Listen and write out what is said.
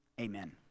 Amen